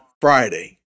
Friday